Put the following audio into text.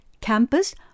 campus